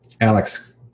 Alex